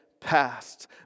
past